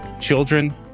children